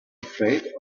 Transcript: afraid